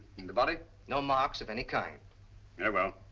and the body? no marks of any kind. very well.